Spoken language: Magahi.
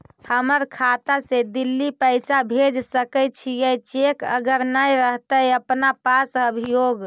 हमर खाता से दिल्ली पैसा भेज सकै छियै चेक अगर नय रहतै अपना पास अभियोग?